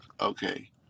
okay